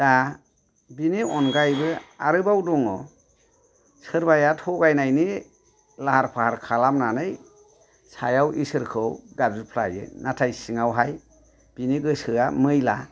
दा बेनि अनगायैबो आरोबाव दङ सोरबाया थगायनायनि लाहार फाहार खालामनानै सायाव इसोरखौ गाबज्रिफ्लायो नाथाय सिङावहाय बेनि गोसोआ मैला